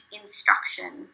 instruction